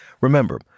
Remember